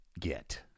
get